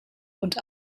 und